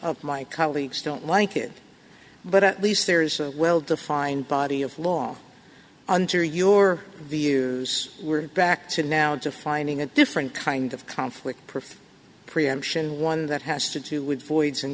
of my colleagues don't like it but at least there is a well defined body of law under your views we're back to now into finding a different kind of conflict perfect preemption one that has to do with voids and